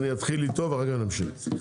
אני אתחיל איתו ואחר כך נמשיך.